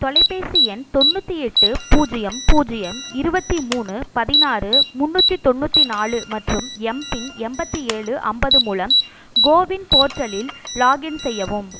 தொலைபேசி எண் தொண்ணூற்றி எட்டு பூஜ்ஜியம் பூஜ்ஜியம் இருபத்தி மூணு பதினாறு முந்நூற்றி தொண்ணூத்தி நாலு மற்றும் எம்பின் எண்பத்தி ஏழு ஐம்பது மூலம் கோவின் போர்ட்டலில் லாகின் செய்யவும்